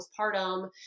postpartum